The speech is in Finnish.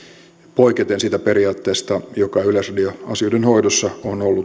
poiketen siitä periaatteesta joka yleisradion asioiden hoidossa